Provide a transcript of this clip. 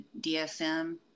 DSM